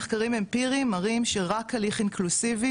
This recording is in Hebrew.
מחקרים אמפיריים מראים שרק הליכים אינקלוסיבי